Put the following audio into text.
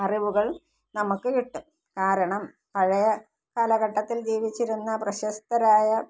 അറിവുകൾ നമുക്ക് കിട്ടും കാരണം പഴയ കാലഘട്ടത്തിൽ ജീവിച്ചിരുന്ന പ്രശസ്തരായ